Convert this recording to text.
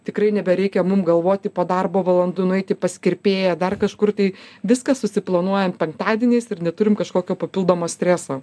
tikrai nebereikia mum galvoti po darbo valandų nueiti pas kirpėją dar kažkur tai viską susiplanuojam penktadieniais ir neturim kažkokio papildomo streso